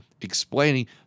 explaining